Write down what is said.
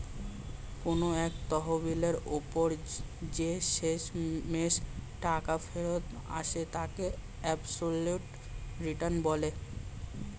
কোন একটা তহবিলের ওপর যে শেষমেষ টাকা ফেরত আসে তাকে অ্যাবসলিউট রিটার্ন বলে